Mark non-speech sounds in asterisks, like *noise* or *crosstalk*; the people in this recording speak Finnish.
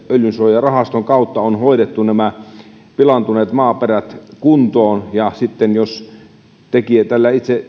öljysuojarahaston kautta on hoidettu pilaantuneet maaperät kuntoon sitten jos tällä itse *unintelligible*